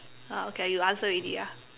ah okay ah you answer already ah